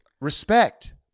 Respect